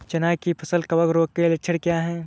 चना की फसल कवक रोग के लक्षण क्या है?